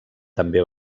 també